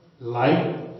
light